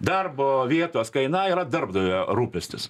darbo vietos kaina yra darbdavio rūpestis